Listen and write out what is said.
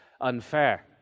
unfair